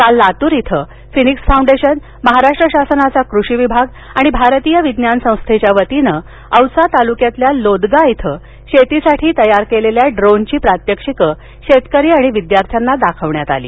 काल लातूर इथं Phoenix Foundation Maharashtra शासनाचा कृषी विभाग आणि भारतीय विज्ञान संस्थेच्या वतीने औसा तालुक्यातील लोदगा इथ शेतीसाठी तयार केलेल्या ड्रोनचे प्रात्याक्षीके शेतकरी आणि विद्यार्थ्याना दाखविण्यात आले